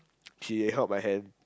she held my hand